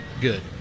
good